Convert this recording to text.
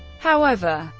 however,